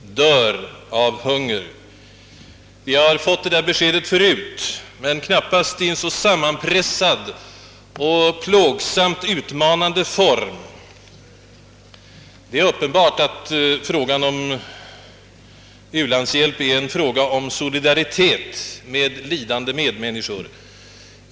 Vi har fått detta besked förut men knappast i en så sammanpressad och plågsamt utmanande form. Det är uppenbart att frågan om ulandshjälp är en fråga om solidaritet med lidande medmänniskor.